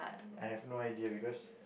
I have no idea because